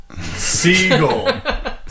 Seagull